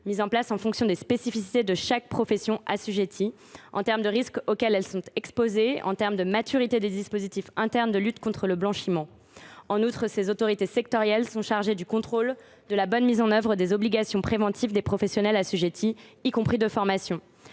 seront déployés, en fonction des spécificités de chaque profession assujettie : on pense aux risques auxquelles elles sont exposées, ou encore à la maturité des dispositifs internes de lutte contre le blanchiment. En outre, ces autorités sectorielles seraient chargées du contrôle de la bonne mise en œuvre des obligations préventives des professionnels assujettis, y compris de l’obligation